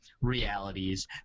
realities